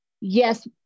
yes